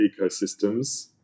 ecosystems